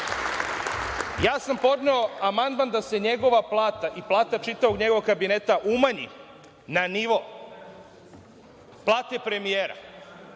sam podneo amandman da se njegova plata i plata čitavog njegovog kabineta umanji na nivo plate premijera.